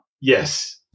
Yes